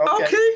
okay